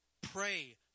pray